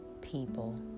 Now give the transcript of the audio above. people